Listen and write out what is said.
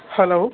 hello